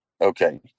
okay